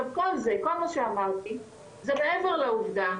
כל מה שאמרתי הוא מעבר לעובדה,